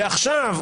ועכשיו,